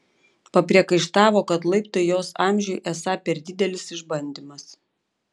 papriekaištavo kad laiptai jos amžiui esą per didelis išbandymas